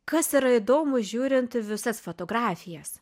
kas yra įdomu žiūrint į visas fotografijas